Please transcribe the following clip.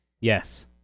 Yes